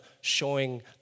showing